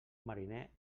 mariner